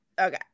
Okay